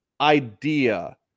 idea